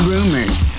Rumors